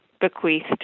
bequeathed